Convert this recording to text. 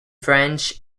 french